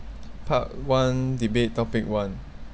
part one debate topic one